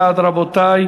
מי בעד, רבותי?